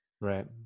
Right